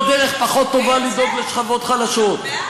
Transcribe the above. ולא דרך פחות טובה לדאוג לשכבות חלשות.